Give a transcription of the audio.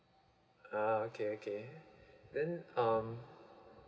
uh okay okay then uh